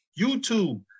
YouTube